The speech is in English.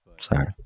Sorry